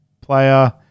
player